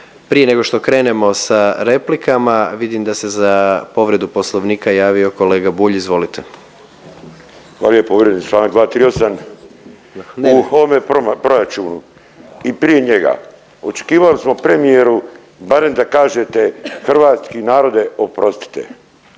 Prije nego što krenemo sa replikama vidim da se za povredu Poslovnika javio kolega Bulj, izvolite. **Bulj, Miro (MOST)** Hvala lijepo. Povrijeđen je članak 238. U ovome proračunu i prije njega očekivali smo premijeru barem da kažete hrvatski narode oprostite,